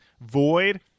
Void